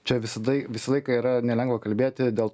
čia visada visą laiką yra nelengva kalbėti dėl